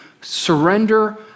surrender